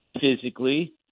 physically